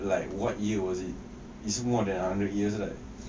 like what year was it is more than a hundred years right